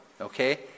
okay